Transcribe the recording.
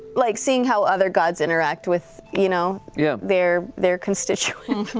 like seeing how other gods interact with you know yeah their their constituents,